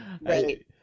right